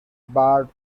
barred